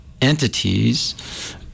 entities